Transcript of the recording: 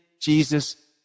Jesus